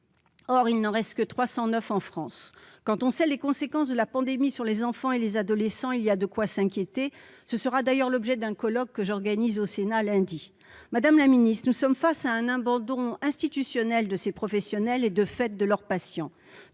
Or il n'en reste que 309 en France ! Quand on sait les conséquences de la pandémie sur les enfants et les adolescents, il y a de quoi s'inquiéter. Ce sera d'ailleurs l'objet d'un colloque, que j'organise lundi au Sénat. Madame la ministre, nous sommes face à un abandon institutionnel de ces professionnels et, de fait, de leurs patients,